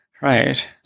right